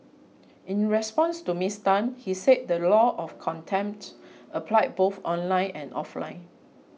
in response to Miss Tan he said the law of contempt applied both online and offline